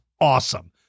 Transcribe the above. awesome